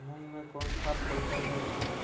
मुंग मे कोन खाद पड़तै है?